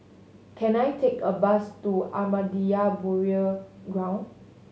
can I take a bus to Ahmadiyya Burial Ground